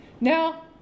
Now